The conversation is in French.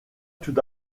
tout